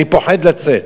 אני פוחד לצאת.